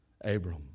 Abram